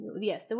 Yes